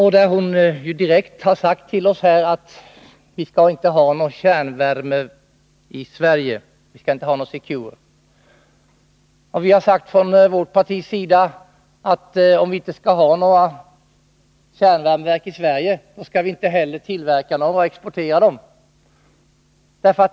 Hon har därvid klart uttalat att vi inte skall ha någon kärnvärme i Sverige, dvs. att viinte skall ha Secure. Vi har från vårt partis sida sagt att om vi inte skall ha några kärnvärmeverk i Sverige skall vi inte heller tillverka och exportera några.